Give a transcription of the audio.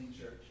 church